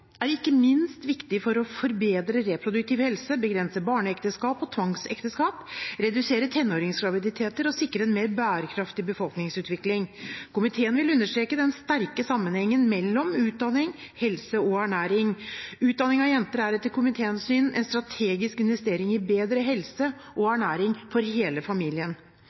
er ikke minst viktig for å forbedre reproduktiv helse, begrense barneekteskap og tvangsekteskap, redusere tenåringsgraviditeter og sikre en mer bærekraftig befolkningsutvikling. Komiteen vil understreke den sterke sammenhengen mellom utdanning, helse og ernæring. Utdanning av jenter er etter komiteens syn en strategisk investering i bedre helse og ernæring for hele familien.